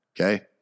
Okay